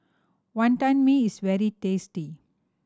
Wantan Mee is very tasty